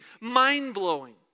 mind-blowing